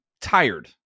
tired